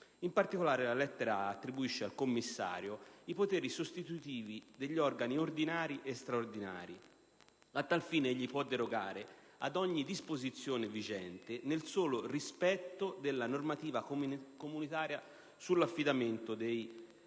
In particolare, la lettera *a)* attribuisce al commissario i poteri sostitutivi degli organi ordinari e straordinari; a tal fine, egli può derogare ad ogni disposizione vigente, nel solo rispetto della normativa comunitaria sull'affidamento dei contratti